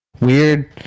weird